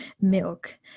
milk